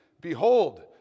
behold